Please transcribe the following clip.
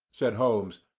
said holmes,